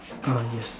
uh yes